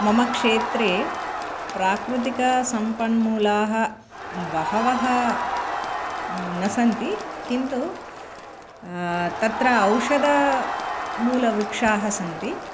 मम क्षेत्रे प्राकृतिकसम्पन्मूलाः बहवः न सन्ति किन्तु तत्र औषधमूलवृक्षाः सन्ति